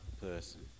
person